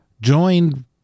joined